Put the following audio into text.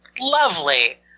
lovely